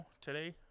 today